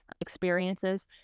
experiences